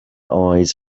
eyes